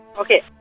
Okay